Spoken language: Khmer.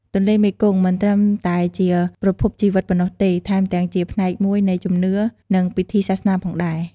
ទន្លេមេគង្គមិនត្រឹមតែជាប្រភពជីវិតប៉ុណ្ណោះទេ ថែមទាំងជាផ្នែកមួយនៃជំនឿ និងពិធីសាសនាផងដែរ។